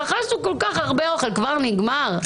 רכשנו כל כך הרבה אוכל, כבר נגמר?